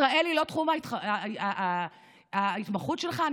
ישראל היא לא תחום ההתמחות שלך?